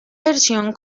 versión